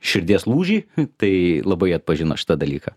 širdies lūžį tai labai atpažino šitą dalyką